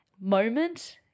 moment